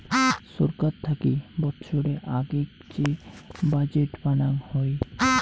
ছরকার থাকি বৎসরের আগেক যে বাজেট বানাং হই